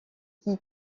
qui